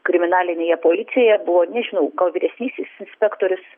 kriminalinėje policijoje buvo nežinau gal vyresnysis inspektorius